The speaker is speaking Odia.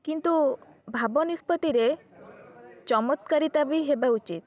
କିନ୍ତୁ ଭାବ ନିଷ୍ପତିରେ ଚମତ୍କାରିତା ବି ହେବା ଉଚିତ୍